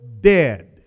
dead